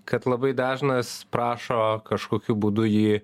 kad labai dažnas prašo kažkokiu būdu jį